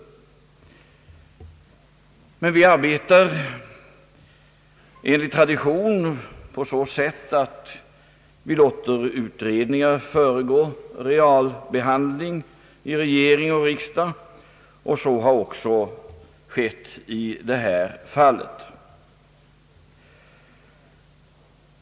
Men vi arbetar enligt tradition på så sätt att vi låter utredningar föregå realbehandling i regering och riksdag. Så har skett också i detta fall.